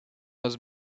was